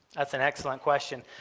that's an excellent question.